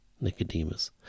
Nicodemus